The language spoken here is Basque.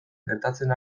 gertatzen